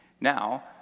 now